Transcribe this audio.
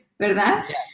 ¿verdad